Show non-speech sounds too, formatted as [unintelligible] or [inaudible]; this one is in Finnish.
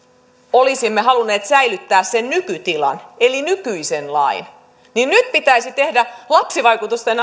olisimme halunneet säilyttää sen nykytilan eli nykyisen lain pitäisi tehdä lapsivaikutusten [unintelligible]